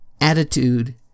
attitude